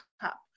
cup